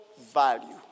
value